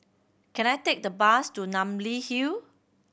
can I take the bus to Namly Hill